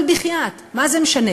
אבל בחייאת, מה זה משנה?